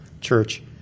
church